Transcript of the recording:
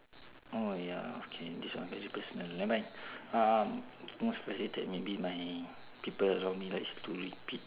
oh ya okay this one very personal never mind um most frustrated maybe my people around me likes to repeat